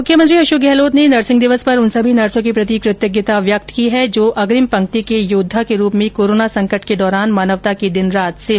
मुख्यमंत्री अशोक गहलोत ने नर्सिंग दिवस पर उन सभी नर्सो के प्रति कृतज्ञता व्यक्त की है जो अग्रिम पंक्ति के योद्धा के रूप में कोरोना संकट के दौरान मानवता की दिन रात सेवा कर रही है